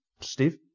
Steve